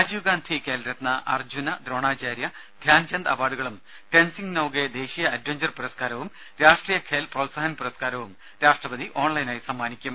രാജീവ്ഗാന്ധി ഖേൽ രത്ന അർജ്ജുന ദ്രോണാചാര്യ ധ്യാൻചന്ദ് അവാർഡുകളും ടെൻസിംഗ് നോഗെ ദേശീയ അഡ്വവഞ്ചർ പുരസ്കാരവും രാഷ്ട്രീയ ഖേൽ പ്രോത്സാഹൻ പുരസ്കാരവും രാഷ്ട്രപതി ഓൺലൈനായി സമ്മാനിക്കും